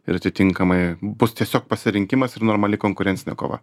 ir atitinkamai bus tiesiog pasirinkimas ir normali konkurencinė kova